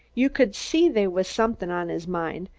you could see they was somethin' on his mind,